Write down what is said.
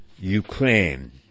Ukraine